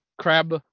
crab